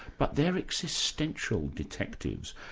but they're existential detectives,